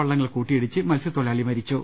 വള്ളങ്ങൾ കൂട്ടിയിടിച്ച് മത്സ്യത്തൊഴിലാളി മരിച്ചു